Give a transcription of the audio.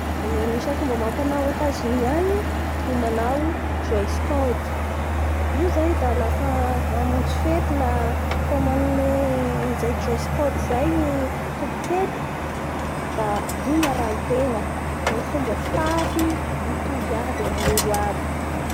Da tany manakarea i Iran io ny raika ambin'ny folo faingo dimy isanjaton'ny petroly eratany da hita amin'ny tany io ao.